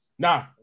Nah